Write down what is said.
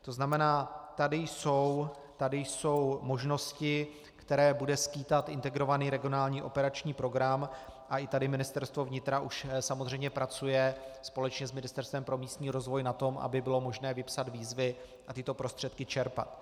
To znamená, tady jsou možnosti, které bude skýtat Integrovaný regionální operační program, a i tady Ministerstvo vnitra už samozřejmě pracuje společně s Ministerstvem pro místní rozvoj na tom, aby bylo možné vypsat výzvy a tyto prostředky čerpat.